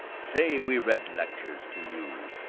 say we read lectures to you,